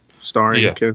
starring